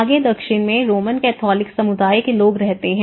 आगे दक्षिण में रोमन कैथोलिक समुदाय के लोग रहते हैं